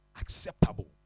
acceptable